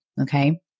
Okay